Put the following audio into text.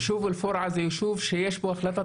היישוב אל פורעה זה ישוב שיש בו החלטת